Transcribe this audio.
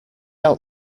out